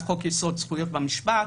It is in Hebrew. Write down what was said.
חוק יסוד: זכויות במשפט,